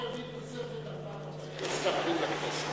החוק יביא תוספת ארבעה חברי כנסת ערבים לכנסת.